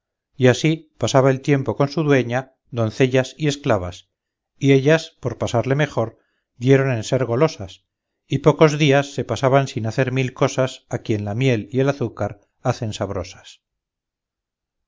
y así pasaba el tiempo con su dueña doncellas y esclavas y ellas por pasarle mejor dieron en ser golosas y pocos días se pasaban sin hacer mil cosas a quien la miel y el azúcar hacen sabrosas